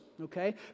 okay